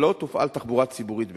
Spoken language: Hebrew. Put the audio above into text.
שלא תופעל תחבורה ציבורית בשבת,